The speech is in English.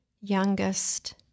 youngest